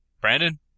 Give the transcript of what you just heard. Brandon